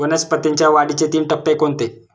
वनस्पतींच्या वाढीचे तीन टप्पे कोणते?